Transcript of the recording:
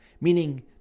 meaning